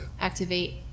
activate